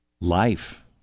life